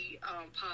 pop